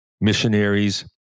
missionaries